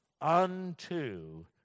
unto